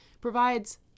provides